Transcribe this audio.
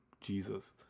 Jesus